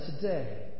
today